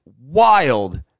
wild